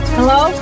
Hello